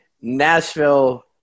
Nashville